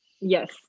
yes